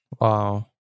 Wow